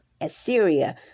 Assyria